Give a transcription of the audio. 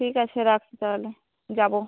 ঠিক আছে রাখছি তাহলে যাবো